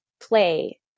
play